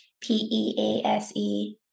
P-E-A-S-E